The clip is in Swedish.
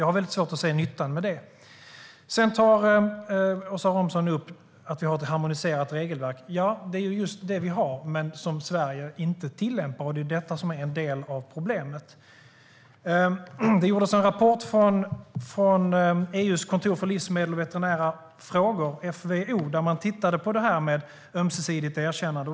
Jag har svårt att se nyttan med det. Åsa Romson tar upp att vi har ett harmoniserat regelverk. Ja, det är ju just det vi har - men Sverige tillämpar det inte. Det är en del av en problemet. Det kom en rapport från EU:s kontor för livsmedel och veterinära frågor, FVO, där man tittade på detta med ömsesidigt erkännande.